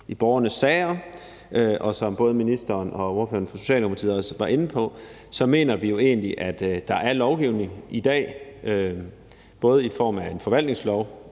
også, at der, som både ministeren og ordføreren for Socialdemokratiet også var inde på, at der i dag er lovgivning, både i form af en forvaltningslov,